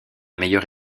meilleure